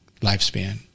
lifespan